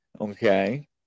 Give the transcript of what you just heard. Okay